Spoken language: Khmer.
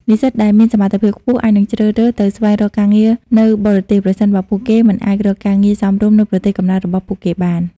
និស្សិតដែលមានសមត្ថភាពខ្ពស់អាចនឹងជ្រើសរើសទៅស្វែងរកការងារនៅបរទេស ប្រសិនបើពួកគេមិនអាចរកការងារសមរម្យនៅប្រទេសកំណើតរបស់ពួកគេបាន។